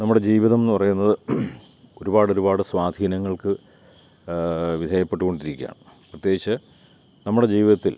നമ്മുടെ ജീവിതം എന്നു പറയുന്നത് ഒരുപാട് ഒരുപാട് സ്വാധീനങ്ങൾക്ക് വിധേയപ്പെട്ടുകൊണ്ടിരിക്കുകയാണ് പ്രത്യേകിച്ച് നമ്മുടെ ജീവിതത്തിൽ